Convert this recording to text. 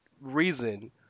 reason